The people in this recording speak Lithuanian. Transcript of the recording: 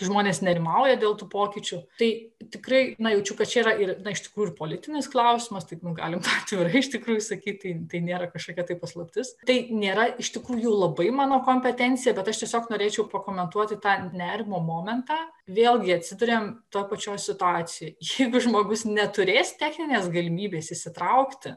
žmonės nerimauja dėl tų pokyčių tai tikrai na jaučiu kad čia yra ir na iš tikrųjų ir politinis klausimas taip nu galim atvirai iš tikrųjų sakyti tai nėra kažkokia tai paslaptis tai nėra iš tikrųjų labai mano kompetencija bet aš tiesiog norėčiau pakomentuoti tą nerimo momentą vėlgi atsiduriam toj pačioj situacijoj jeigu žmogus neturės techninės galimybės įsitraukti